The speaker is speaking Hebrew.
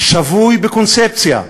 שבוי בקונספציה.